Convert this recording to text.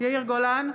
יאיר גולן,